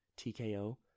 TKO